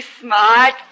smart